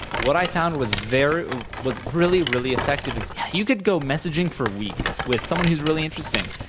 what i found was very was really, really effective is you could go messaging for weeks with someone who is really interesting,